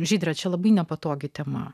žydra čia labai nepatogi tema